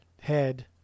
head